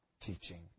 teaching